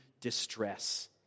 distress